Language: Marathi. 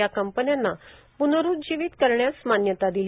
या कंपन्यांना प्नरूज्जिवीत करण्यास मान्यता दिली